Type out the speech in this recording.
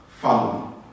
Follow